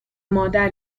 مادر